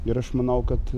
ir aš manau kad